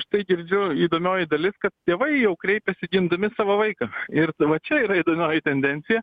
štai girdžiu įdomioji dalis kad tėvai jau kreipėsi gindami savo vaiką ir va čia yra įdomioji tendencija